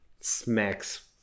smacks